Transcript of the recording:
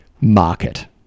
market